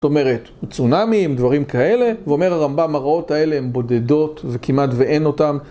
זאת אומרת, הוא צונאמי עם דברים כאלה, ואומר הרמב״ם, הרעות האלה הן בודדות וכמעט ואין אותן.